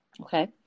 Okay